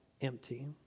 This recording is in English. empty